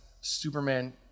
Superman